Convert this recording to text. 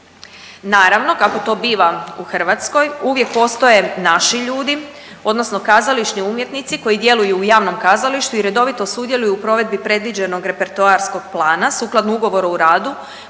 Naravno, kako to biva u Hrvatskoj uvijek postoje naši ljudi odnosno kazališni umjetnici koji djeluju u javnom kazalištu i redovito sudjeluju u provedbi predviđenog repertoarskog plana sukladno ugovoru o radu